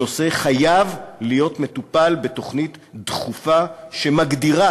הנושא חייב להיות מטופל בתוכנית דחופה שמגדירה